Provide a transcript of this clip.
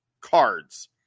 cards